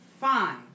fine